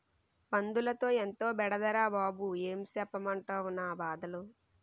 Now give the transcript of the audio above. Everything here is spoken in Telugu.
పందులతో ఎంతో బెడదరా బాబూ ఏం సెప్పమంటవ్ నా బాధలు